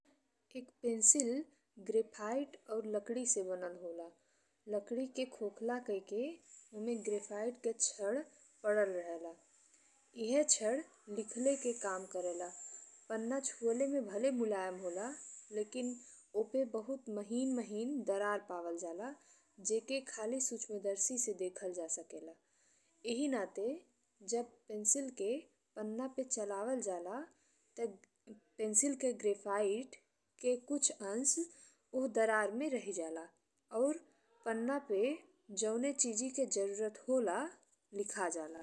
एक pencil graphite और लकड़ी से बनल होला। लकड़ी के खोखला कइ के ओमे ग्रेफाइट के छड़ पड़ल रहेला। एहे छड़ लिखले के काम करेला। पन्ना चूअले में भले मुलायम होला लेकिन ओपे बहुत महीन महीन दरार पावल जाला जेके खाली सूक्ष्मदर्शी से देखल जा सकेला। एही नाते जब पेंसिल के पन्ना पे चलावल जाला ये पेंसिल के ग्रेफाइट के कुछ अंश ओह दरार में रहि जाला और पन्ना पे जौन चीज़ी के जरुरत होला, लिखल जाला।